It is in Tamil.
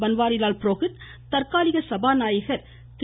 பன்வாரிலால் புரோஹித் தற்காலிக சபாநாயகர் திரு